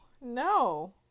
no